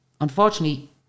Unfortunately